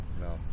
no